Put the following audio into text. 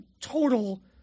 total